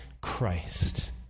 Christ